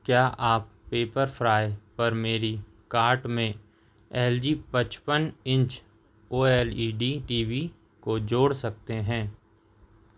क्या आप पेपरफ्राइ पर मेरी कार्ट में एल जी पचपन inch O L E D T V को जोड़ सकते हैं